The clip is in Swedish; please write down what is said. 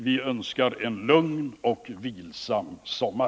Vi önskar en lugn och vilsam sommar.